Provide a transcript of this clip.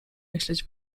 myśleć